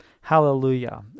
Hallelujah